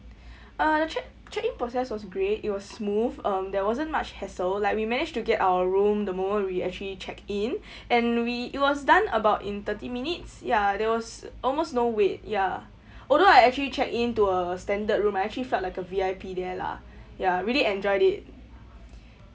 uh the check check in process was great it was smooth um there wasn't much hassle like we managed to get our room the moment we actually check in and we it was done about in thirty minutes ya there was almost no wait ya although I actually check in to a standard room I actually felt like a V_I_P there lah ya really enjoyed it